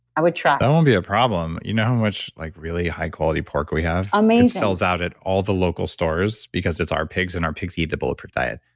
i would try that won't be a problem. you know how much like really high quality pork we have? um it sells out at all the local stores because it's our pigs and our pigs eat the bulletproof diet.